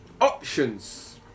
options